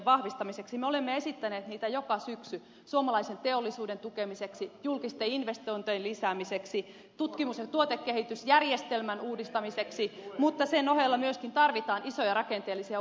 me olemme esittäneet niitä joka syksy suomalaisen teollisuuden tukemiseksi julkisten investointien lisäämiseksi tutkimus ja tuotekehitysjärjestelmän uudistamiseksi mutta sen ohella myöskin tarvitaan isoja rakenteellisia uudistuksia